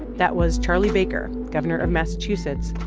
that was charlie baker, governor of massachusetts,